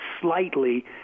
slightly